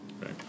right